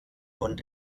und